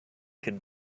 could